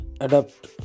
Adapt